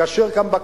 כאשר כאן,